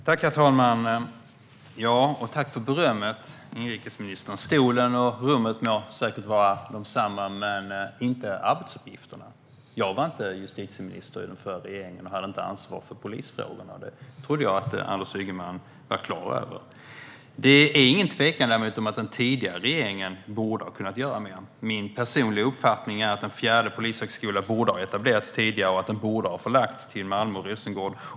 Herr talman! Tack för berömmet, inrikesministern! Stolen och rummet må säkert vara desamma men inte arbetsuppgifterna. Jag var inte justitieminister i den förra regeringen och hade inte ansvar för polisfrågorna. Det trodde jag att Anders Ygeman var klar över. Det är ingen tvekan om att den tidigare regeringen borde ha kunnat göra mer. Min personliga uppfattning är att en fjärde polishögskola borde ha etablerats tidigare och att den borde ha förlagts till Malmö och Rosengård.